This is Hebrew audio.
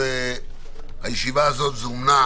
הישיבה הזו זומנה